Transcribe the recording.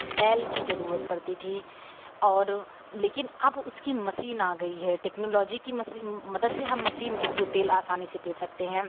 बैल की ज़रूरत पड़ती थी और लेकिन अब उसकी मसीन आ गई है टेक्नोलॉजी की मदद से हम मसीन के थ्रू तेल आसानी से पेर सकते हैं